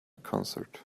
concert